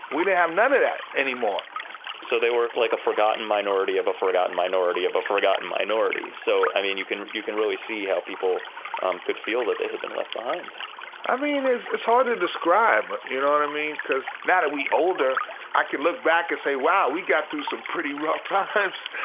we didn't have none of that anymore so they were like a forgotten minority of a forgotten minority of a forgotten minority. so i mean, you can you can really see how people could feel that they had been left behind i mean, it's it's hard to describe, but you know what i mean? because now that we older i can look back and say, wow, we got through some pretty rough times.